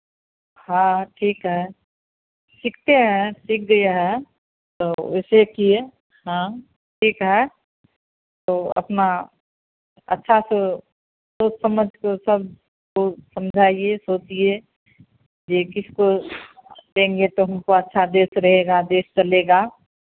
हँ हँ ठीक है सीखते हैं सीख गए हैं तो वैसे किए हँ ठीक है तो अपना अच्छा से सोच समझ को सबको समझाइए सोचिए जे किसको देंगे तो हमको अच्छा देश रहेगा देश चलेगा